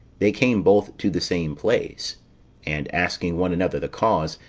they came both to the same place and asking one another the cause,